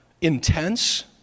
intense